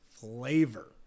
flavor